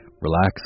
relax